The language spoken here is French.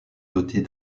dotée